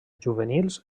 juvenils